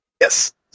Yes